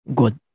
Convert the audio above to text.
good